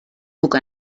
puc